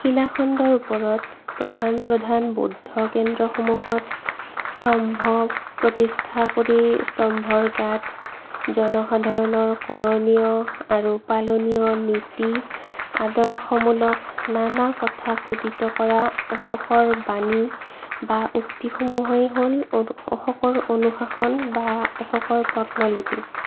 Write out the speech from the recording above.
শিলাখণ্ডৰ ওপৰত প্ৰধান প্ৰধান বৌদ্ধ কেন্দ্ৰসমূহত স্তম্ভ প্ৰতিষ্ঠা কৰি স্তম্ভৰ গাত জনসাধাৰণৰ কৰণীয় আৰু পালনীয় নীতি আদৰ্শমূলক নানা কথা খোদিত কৰা লিখকৰ বাণী বা উক্তিসমূহেই হ'ল অশোকৰ অনুশাসন বা অশোকৰ প্ৰত্নলিপি